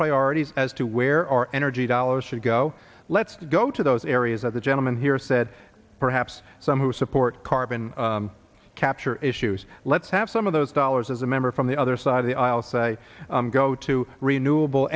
priorities as to where our energy dollars should go let's go to those areas that the gentleman here said perhaps some who support carbon capture issues let's have some of those dollars as a member from the other side of the aisle say go to renewable